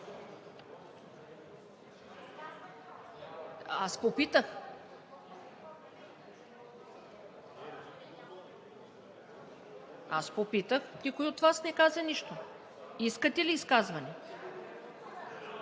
и реплики.) Аз попитах, никой от Вас не каза нищо. Искате ли изказване?